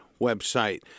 website